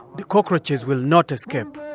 the cockroaches will not escape